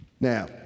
Now